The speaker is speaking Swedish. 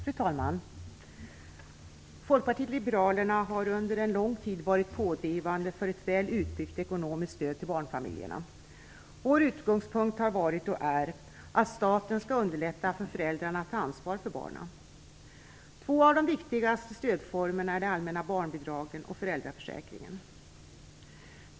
Fru talman! Folkpartiet liberalerna har under lång tid varit pådrivande för ett väl utbyggt ekonomiskt stöd till barnfamiljerna. Vår utgångspunkt har varit - och är - att staten skall underlätta för föräldrarna att ta ansvar för barnen. Två av de viktigaste stödformerna är de allmänna barnbidragen och föräldraförsäkringen.